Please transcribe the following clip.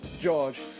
George